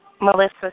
Melissa